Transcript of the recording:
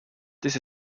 this